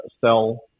sell